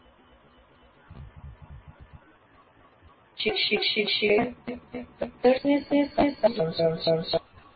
કોઈપણ શિક્ષક માટે પ્રદર્શનને સમજવું સરળ છે